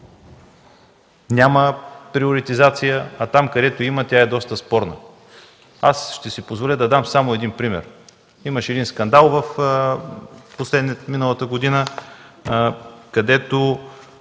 Няма приоритизация, а там, където има, тя е доста спорна. Аз ще си позволя да дам само един пример. Имаше скандал миналата година, където